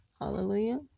Hallelujah